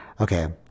Okay